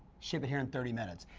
ship it here in thirty minutes.